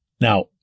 Now